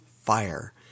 fire